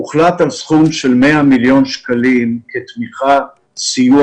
הוחלט על סכום של 100 מיליון שקלים כתמיכה וסיוע